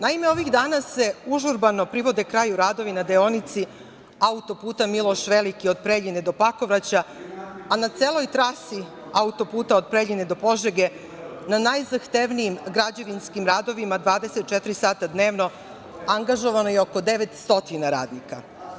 Naime, ovih danas se užurbano privode kraju radovi na deonici autoputa „Miloš Veliki“ od Preljine do Pakovraće, a na celoj trasi autoputa od Preljine do Požege, na najzahtevnijim građevinskim radovima, 24 sata dnevno angažovano je oko devet stotina radnika.